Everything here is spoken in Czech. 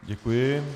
Děkuji.